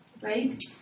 right